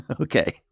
Okay